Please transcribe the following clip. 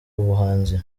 umuhanzi